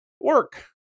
work